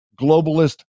globalist